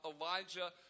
Elijah